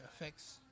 affects